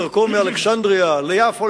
בדרכו מאלכסנדרייה ליפו,